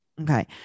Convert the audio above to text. Okay